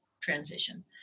transition